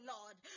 Lord